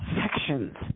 sections